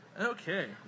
Okay